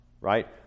right